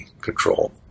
control